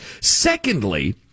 Secondly